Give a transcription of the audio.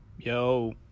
Yo